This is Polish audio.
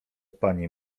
pani